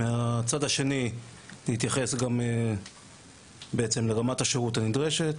מהצד השני להתייחס גם לרמת השירות הנדרשת.